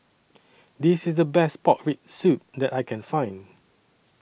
This IS The Best Pork Rib Soup that I Can Find